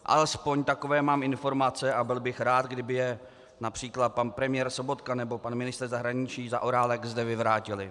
Alespoň takové mám informace a byl bych rád, kdyby je například pan premiér Sobotka nebo pan ministr zahraničí Zaorálek zde vyvrátili.